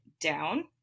down